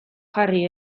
jarri